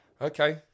okay